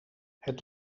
het